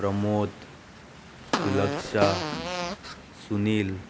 Pramod Sulaksha Sunil